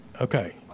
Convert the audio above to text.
Okay